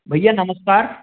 भैया नमस्कार